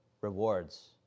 rewards